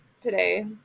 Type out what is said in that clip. today